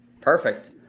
Perfect